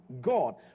God